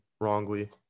wrongly